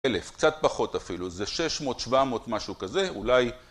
אלף, קצת פחות אפילו, זה 600, 700, משהו כזה, אולי...